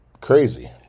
crazy